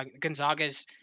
Gonzaga's